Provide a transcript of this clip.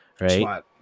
Right